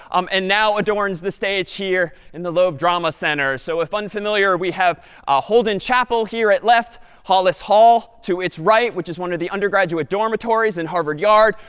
um and now adorns the stage here in the loeb drama center. so if unfamiliar, we have ah holden chapel here at left, hollis hall to its right, which is one of the undergraduate dormitories in harvard yard,